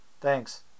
Thanks